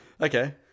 Okay